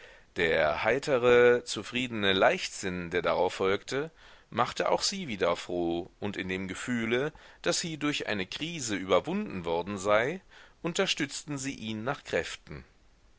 der heitere zufriedene leichtsinn der darauf folgte machte auch sie wieder froh und in dem gefühle daß hiedurch eine krise überwunden worden sei unterstützten sie ihn nach kräften